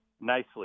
nicely